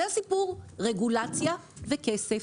זה הסיפור: רגולציה וכסף.